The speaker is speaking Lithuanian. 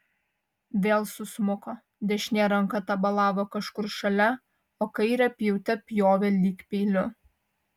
vėl susmuko dešinė ranka tabalavo kažkur šalia o kairę pjaute pjovė lyg peiliu